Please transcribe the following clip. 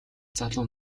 залуу